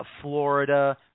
Florida